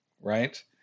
right